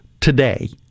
today